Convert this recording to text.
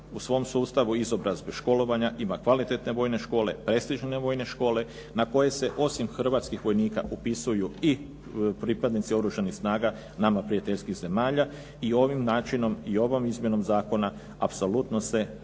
u svom sustavu izobrazbe školovanja ima kvalitetne vojne škole, prestižne vojne škole na koje se osim hrvatskih vojnika upisuju i pripadnici oružanih snaga nama prijateljskih zemalja i ovim načinom i ovom izmjenom zakona apsolutno se daje